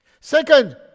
Second